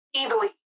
easily